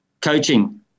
coaching